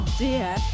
dear